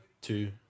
Two